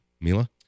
Mila